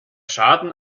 schaden